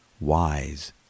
wise